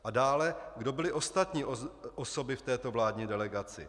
A dále: Kdo byly ostatní osoby v této vládní delegaci?